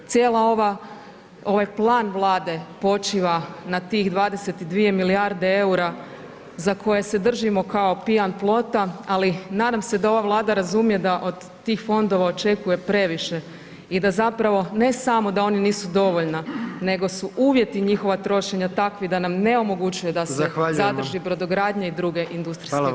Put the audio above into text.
Cijela ova, ovaj plan Vlade počiva na tih 22 milijarde EUR-a za koje se držimo kao pijan plota, ali nadam se da ova Vlada razumije da od tih fondova očekuje previše i da zapravo da ne samo da oni nisu dovoljna nego su uvjeti njihova trošenja takvi da nam ne omogućuje da se zadrži [[Upadica: Zahvaljujemo]] brodogradnja i druge industrijske grane.